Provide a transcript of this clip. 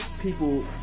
people